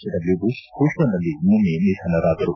W Bush ಹೂಸ್ಟನ್ನಲ್ಲಿ ನಿನ್ನೆ ನಿಧನರಾದರು